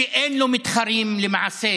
שאין לו מתחרים למעשה